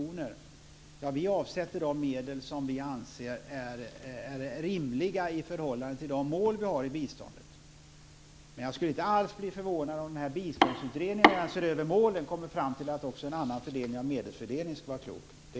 Men jag skulle inte alls bli förvånad om den biståndsutredning som ser över målen kommer fram till att också en annan fördelning av medlen skulle vara klok.